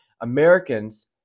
Americans